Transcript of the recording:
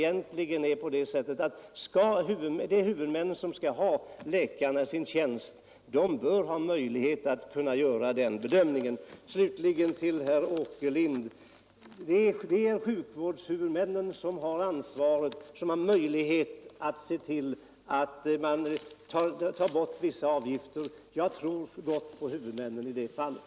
Vi anser att de huvudmän som skall ha läkarna i sin tjänst bör ha möjlighet att göra den bedömningen. Slutligen till herr Åkerlind: Det är sjukvårdshuvudmännen som har möjlighet att se till att vissa avgifter tas bort. Jag litar på huvudmännen i det fallet